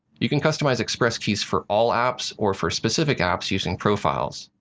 you can customize express keys for all apps or for specific apps using profiles.